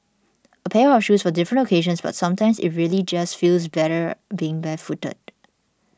a pair of shoes for different occasions but sometimes it really just feels better being barefooted